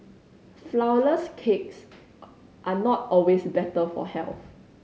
flourless cakes are not always better for health